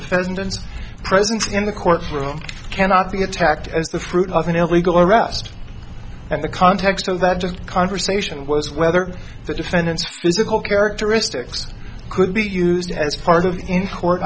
defendant's presence in the courtroom cannot be attacked as the fruit of an illegal arrest and the context of that just conversation was whether the defendant's physical characteristics could be used as part of in court